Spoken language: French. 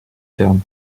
fermes